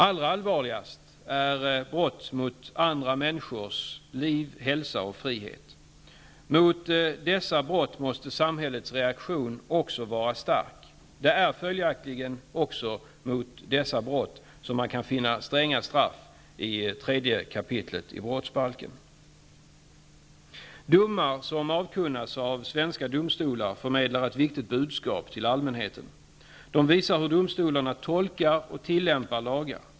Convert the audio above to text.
Allra allvarligast är brott mot människors liv, hälsa och frihet. Mot dessa brott måste samhällets reaktion också vara stark. Det är följaktligen också mot dessa brott som man kan finna stränga straff i Domar, som avkunnas av svenska domstolar, förmedlar ett viktigt budskap till allmänheten. De visar hur domstolarna tolkar och tillämpar lagar.